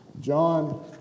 John